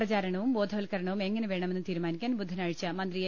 പ്രചാരണവും ബോധവൽക്കരണവും എങ്ങനെ വേണമെന്ന് തീരുമാനിക്കാൻ ബുധനാഴ്ച മന്ത്രി എ